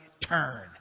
turn